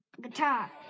Guitar